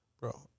Bro